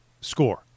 score